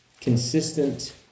consistent